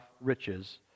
riches